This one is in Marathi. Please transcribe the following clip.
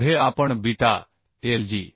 पुढे आपण बीटा lg